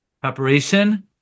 preparation